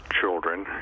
children